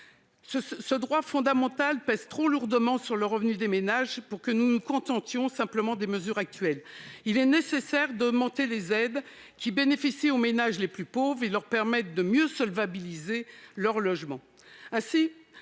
Ce droit fondamental pèse trop lourdement sur le revenu des ménages pour que nous nous contentions des mesures actuelles. Il est nécessaire d'augmenter les aides qui bénéficient aux ménages les plus pauvres et leur permettent de mieux solvabiliser leur logement.